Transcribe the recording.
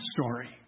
story